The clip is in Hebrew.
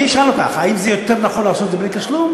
אני אשאל אותך: האם זה יותר נכון לעשות את זה בלי תשלום?